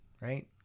Right